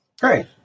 Great